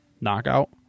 Knockout